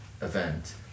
event